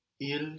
Il